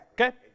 Okay